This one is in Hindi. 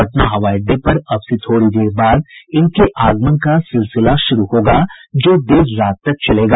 पटना हवाई अड्डे पर अब से थोड़ी देर बाद इनके आगमन का सिलसिला शुरू होगा जो देर रात तक चलेगा